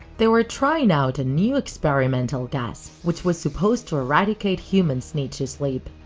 they were trying out a new experimental gas, which was supposed to eradicate human's need to sleep.